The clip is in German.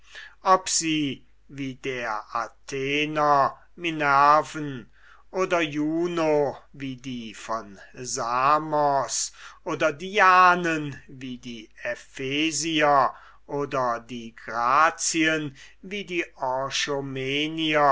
ob sie wie die athenienser minerven oder juno wie die von samos oder dianen wie die ephesier oder die grazien wie die